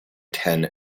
ten